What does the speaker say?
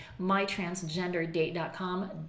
MyTransgenderDate.com